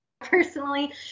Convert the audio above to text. personally